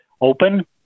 open